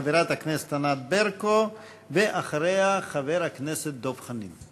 חברת הכנסת ענת ברקו, ואחריה, חבר הכנסת דב חנין.